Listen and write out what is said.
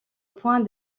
point